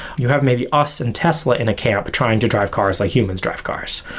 you have maybe us and tesla in a camp trying to drive cars like humans drive cars.